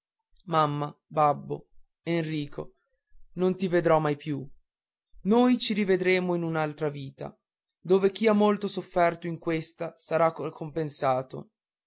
mamma babbo enrico non ti vedrò mai più noi ci rivedremo in un'altra vita dove chi ha molto sofferto in questa sarà compensato